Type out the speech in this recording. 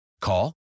call